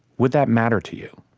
would that matter to you?